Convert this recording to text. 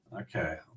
Okay